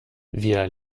wir